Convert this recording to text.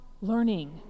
learning